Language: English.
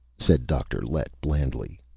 said dr. lett blandly.